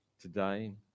today